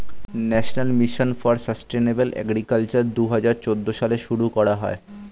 national mission for sustainable agriculture দুহাজার চৌদ্দ সালে শুরু করা হয়